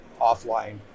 offline